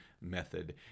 method